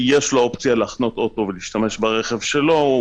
יש אופציה לחנות את האוטו ולהשתמש ברכב שלהם אחר כך,